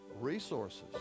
resources